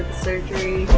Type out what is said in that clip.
surgery